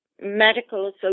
medical